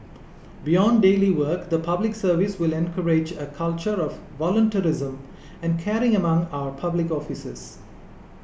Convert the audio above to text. beyond daily work the Public Service will encourage a culture of volunteerism and caring among our public officers